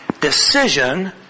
decision